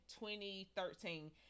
2013